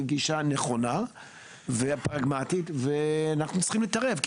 גישה נכונה ופרגמטית ואנחנו צריכים להתערב,